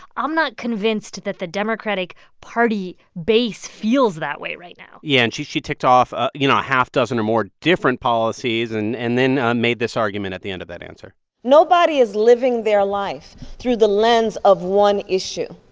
i'm not convinced that the democratic party base feels that way right now yeah. and she she ticked off ah you know a half dozen or more different policies and and then made this argument at the end of that answer nobody is living their life through the lens of one issue.